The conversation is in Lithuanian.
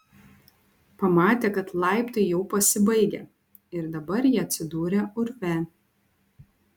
pamatė kad laiptai jau pasibaigę ir dabar jie atsidūrę urve